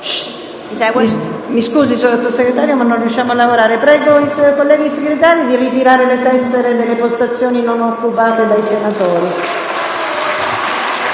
Mi scusi, signora Sottosegretario, ma non riusciamo a lavorare. Prego i senatori Segretari di ritirare le tessere dalle postazioni non occupate dai senatori.